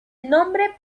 nombre